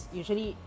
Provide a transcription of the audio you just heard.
usually